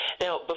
Now